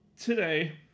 today